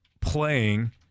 playing –